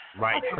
Right